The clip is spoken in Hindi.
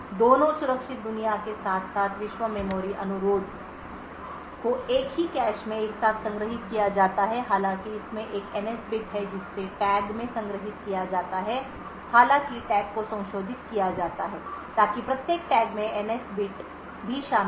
दोनों सुरक्षित दुनिया के साथ साथ सामान्य विश्व मेमोरी अनुरोध को एक ही कैश में एक साथ संग्रहीत किया जाता है हालांकि इसमें एक एनएस बिट है जिसे टैग में संग्रहीत किया जाता है हालांकि टैग को संशोधित किया जाता है ताकि प्रत्येक टैग में एनएस बिट भी शामिल हो